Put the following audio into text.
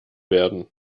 werden